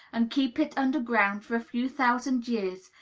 and keep it under ground for a few thousand years,